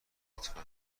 لطفا